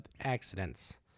accidents